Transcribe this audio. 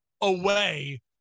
away